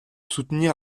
soutenir